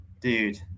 Dude